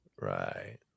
Right